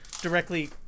directly